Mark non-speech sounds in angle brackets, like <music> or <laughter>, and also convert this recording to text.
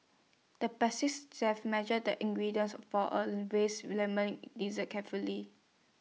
the <unintelligible> chef measured the ingredients for A race Lemon Dessert carefully